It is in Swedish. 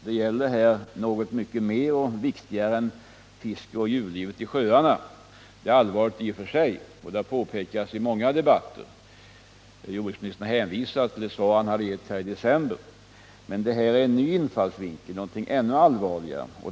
Det gäller här något mycket mer och viktigare än fiskoch djurlivet i sjöarna. Det är allvarligt i och för sig, och det har påpekats i många debatter — jordbruksministern hänvisade till det svar han gav här i december. Men detta är en ny infallsvinkel, något ännu allvarligare.